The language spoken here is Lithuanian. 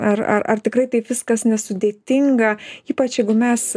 ar ar ar tikrai taip viskas nesudėtinga ypač jeigu mes